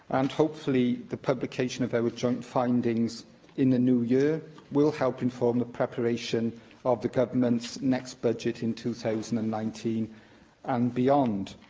and hopefully the publication of our joint findings in the new year will help inform the preparation of the government's next budget in two thousand and nineteen and beyond.